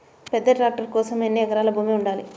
పెద్ద ట్రాక్టర్ కోసం ఎన్ని ఎకరాల భూమి ఉండాలి?